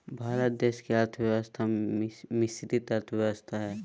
भारत देश के अर्थव्यवस्था मिश्रित अर्थव्यवस्था हइ